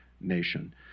nation